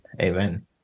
amen